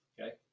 Okay